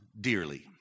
dearly